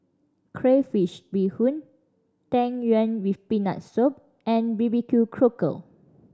crayfish beehoon Tang Yuen with Peanut Soup and B B Q Cockle